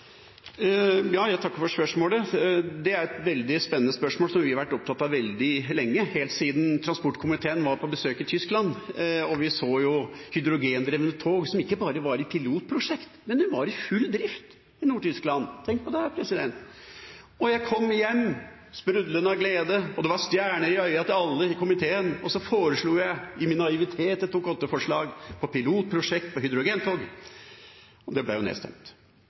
Jeg takker for spørsmålet. Det er et veldig spennende spørsmål som vi har vært opptatt av veldig lenge, helt siden transportkomiteen var på besøk i Tyskland. Der så vi hydrogendrevne tog – som ikke bare var pilotprosjekt, men de var i full drift i Nord-Tyskland. Tenk på det! Jeg kom hjem, sprudlende av glede, og det var stjerner i øynene til alle i komiteen, og så foreslo jeg i min naivitet et Dokument 8-forslag om et pilotprosjekt med hydrogentog, og det ble jo nedstemt.